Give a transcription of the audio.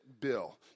bill